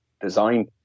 design